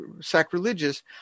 sacrilegious